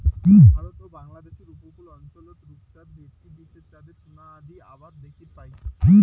ভারত ও বাংলাদ্যাশের উপকূল অঞ্চলত রূপচাঁদ, ভেটকি বিশেষ জাতের টুনা আদি আবাদ দ্যাখির পাই